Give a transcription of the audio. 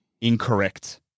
Incorrect